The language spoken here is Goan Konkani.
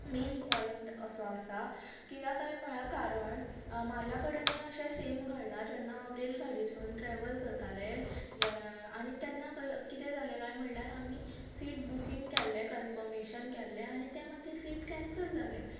मेन पॉयट असो आसात कित्याक आयेन अशें म्हणला कारण म्हाजा कडेनय अशें सेम घडलां हांवेन रेल गाडी सून ट्रेवल करताले जे आनी तेन्ना कितें जाले काय म्हणल्यार आमी सीट बुकींक केल्ले कनफर्मेशन केल्ले आनी तें आनी मागीर सीट केन्सल जालें